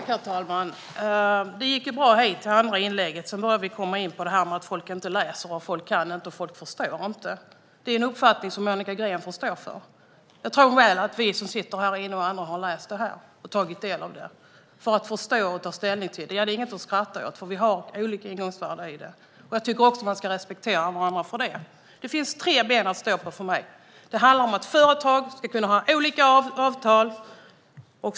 Herr talman! Det gick ju bra ända till det andra inlägget. Sedan kom det in på det här med att folk inte läser och inte kan och inte förstår. Det är en uppfattning som får stå för Monica Green. Jag tror att vi som sitter här inne och även andra har läst och tagit del av detta för att förstå och ta ställning. Det är inget att skratta åt; vi har olika ingångsvärden. Jag tycker att man ska respektera varandra för det. För mig finns det tre ben att stå på i detta. Det handlar om att företag ska kunna ha olika avtal.